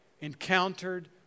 encountered